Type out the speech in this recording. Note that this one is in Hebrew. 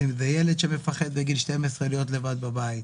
אם זה ילד בן 12 שמפחד להיות לבד בבית,